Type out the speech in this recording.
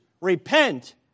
Repent